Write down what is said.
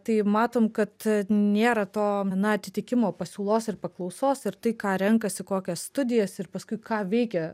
tai matom kad nėra to na atitikimo pasiūlos ir paklausos ir tai ką renkasi kokias studijas ir paskui ką veikia